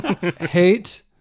hate